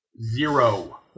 Zero